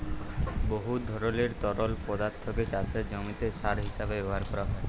বহুত ধরলের তরল পদাথ্থকে চাষের জমিতে সার হিঁসাবে ব্যাভার ক্যরা যায়